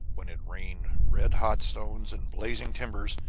when it rained red-hot stones and blazing timbers,